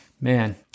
man